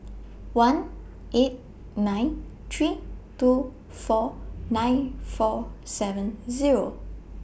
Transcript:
one eight nine three two four nine four seven Zero